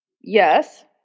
Yes